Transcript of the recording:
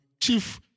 chief